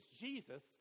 Jesus